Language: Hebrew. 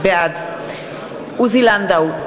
בעד עוזי לנדאו,